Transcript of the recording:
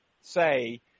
say